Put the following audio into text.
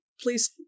please